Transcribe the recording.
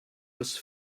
was